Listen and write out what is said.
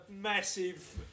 massive